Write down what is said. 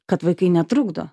kad vaikai netrukdo